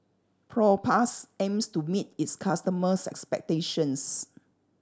Propass aims to meet its customers' expectations